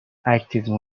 اکتیو